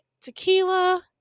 tequila